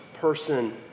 person